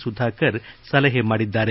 ಸುಧಾಕರ್ ಸಲಹೆ ಮಾಡಿದ್ದಾರೆ